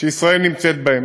שישראל נמצאת בהם.